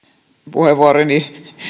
puheenvuoroni